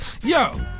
Yo